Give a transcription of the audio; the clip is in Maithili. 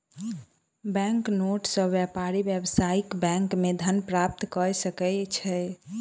बैंक नोट सॅ व्यापारी व्यावसायिक बैंक मे धन प्राप्त कय सकै छै